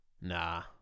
Nah